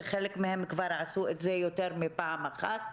וחלק מהם עשו את זה יותר מפעם אחת.